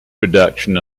production